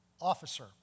officer